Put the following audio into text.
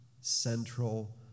central